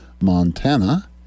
Montana